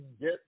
Get